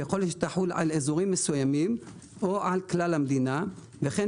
יכול שתחול על אזורים מסוימים או על כלל המדינה וכן